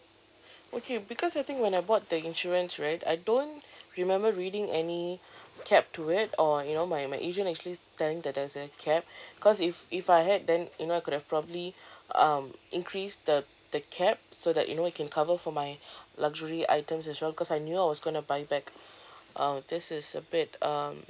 okay because I think when I bought the insurance right I don't remember reading any cap to it or you know my my agent actually telling that there's a cap cause if if I had then you know I could have probably um increase the the cap so that you know it can cover for my luxury items as well cause I knew I was gonna buy back uh but this is a bit um